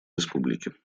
республики